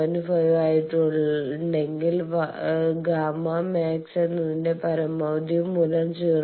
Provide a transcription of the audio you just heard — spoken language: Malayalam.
5 ആയിട്ടുണ്ടെങ്കിൽ Γmax എന്നതിന്റെ പരമാവധി മൂല്യം 0